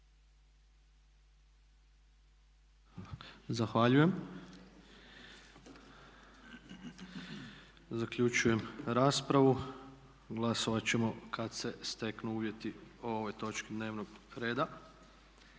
Zahvaljujem. Zaključujem raspravu. Glasovat ćemo kad se steknu uvjeti o ovoj točki dnevnog reda.